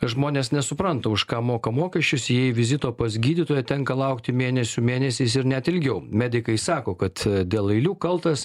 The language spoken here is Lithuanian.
žmonės nesupranta už ką moka mokesčius jei vizito pas gydytoją tenka laukti mėnesių mėnesiais ir net ilgiau medikai sako kad dėl eilių kaltas